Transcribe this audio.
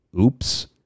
Oops